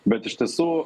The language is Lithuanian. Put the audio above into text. bet iš tiesų